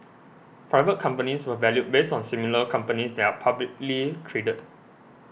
private companies were valued based on similar companies that are publicly traded